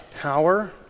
power